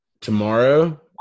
Tomorrow